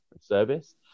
service